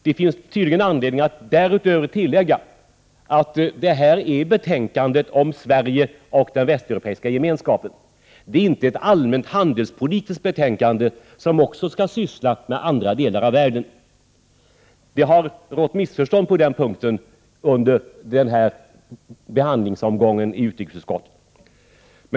Det finns tydligen anledning att därutöver tillägga att detta är betänkandet om Sverige och den västeuropeiska gemenskapen. Det är inte ett allmänt handelspolitiskt betänkande, där man också skall syssla med andra delar av världen. Det har rått missförstånd på den punkten under behandlingsomgången i utrikesutskottet.